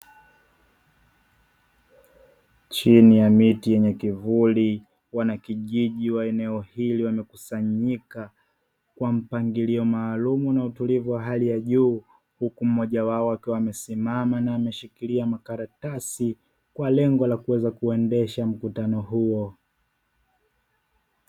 Chini ya miti yenye kivuli, wanakijiji wa eneo hilo wamekusanyika kwa mpangilio maalumu na utulivu wa hali ya juu, huku mmoja wao akiwa amesimama na ameshikilia makaratasi kwa lengo la kuweza kuendesha mkutano huo.